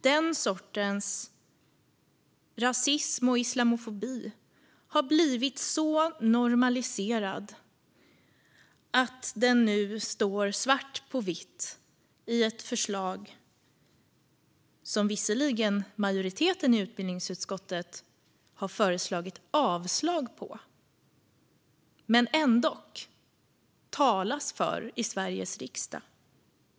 Den sortens rasism och islamofobi har blivit så normaliserad att den nu finns svart på vitt i ett förslag som majoriteten i utbildningsutskottet visserligen har föreslagit avslag på men som det ändå talas för i Sveriges riksdag.